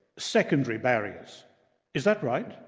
secondary barriers is that right?